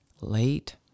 late